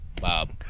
Bob